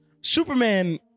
Superman